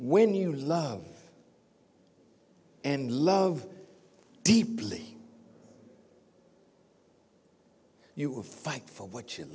when you love and love deeply you fight for what you